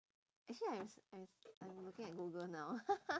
actually I'm I'm I'm looking at google now